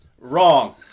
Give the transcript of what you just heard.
Wrong